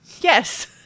Yes